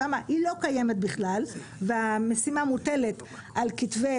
שם היא לא קיימת בכלל והמשימה מוטלת על כתפי